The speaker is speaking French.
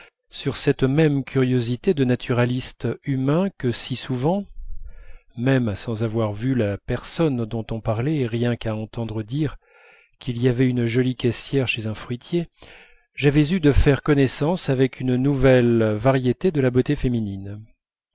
sur cette même curiosité de naturaliste humain que si souvent même sans avoir vu la personne dont il parlait et rien qu'à entendre dire qu'il y avait une jolie caissière chez un fruitier j'avais eue de faire connaissance avec une nouvelle variété de la beauté féminine